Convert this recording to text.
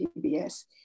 PBS